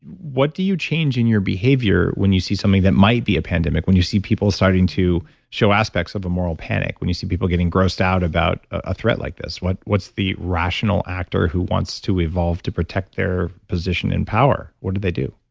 what do you change in your behavior behavior when you see something that might be a pandemic? when you see people starting to show aspects of a moral panic when you see people getting grossed out about a threat like this. what's the rational actor who wants to evolve to protect their position in power? what do they do?